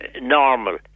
normal